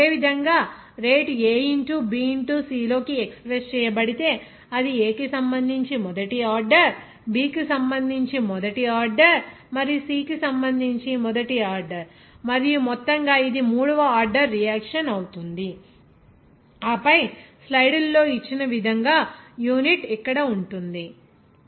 అదేవిధంగా rate A into B into C లోకి express చేయబడితే అది A కి సంబంధించి మొదటి ఆర్డర్ B కి సంబంధించి మొదటి ఆర్డర్ మరియు C కి సంబంధించి మొదటి ఆర్డర్ మరియు మొత్తంగా ఇది మూడవ ఆర్డర్ రియాక్షన్ అవుతుంది ఆపై స్లైడ్లో ఇచ్చిన విధంగా యూనిట్ ఇక్కడ ఉంటుంది